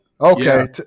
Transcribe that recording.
Okay